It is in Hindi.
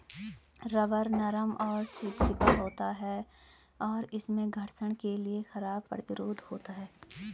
रबर नरम और चिपचिपा होता है, और इसमें घर्षण के लिए खराब प्रतिरोध होता है